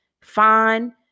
fine